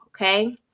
Okay